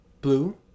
blue